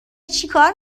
چیکار